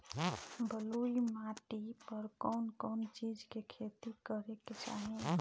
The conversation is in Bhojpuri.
बलुई माटी पर कउन कउन चिज के खेती करे के चाही?